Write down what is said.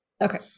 Okay